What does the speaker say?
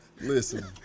Listen